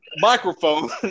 microphone